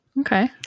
Okay